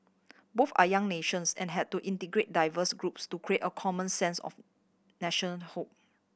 both are young nations and had to integrate diverse groups to create a common sense of nationhood